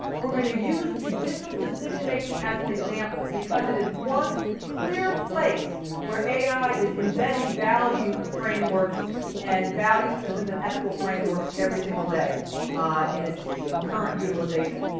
we're going to use judicial decision making as an example because it is one clear place where ai is embedding value frameworks and value systems and ethical frameworks every single day in its current utilization.